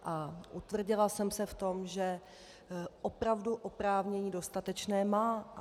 A utvrdila jsem se v tom, že opravdu oprávnění dostatečné má.